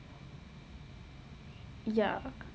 ya